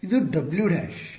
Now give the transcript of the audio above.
ಇದು W dash